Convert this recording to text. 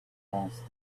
passed